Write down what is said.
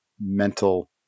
mental